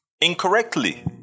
Incorrectly